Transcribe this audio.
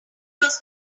was